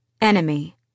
Enemy